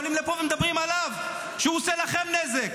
עולים לפה ומדברים עליו שהוא עושה לכם נזק,